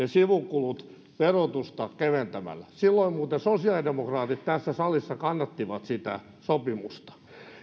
sivukulut verotusta keventämällä silloin muuten sosiaalidemokraatit tässä salissa kannattivat sitä sopimusta